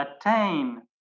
attain